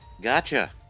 Gotcha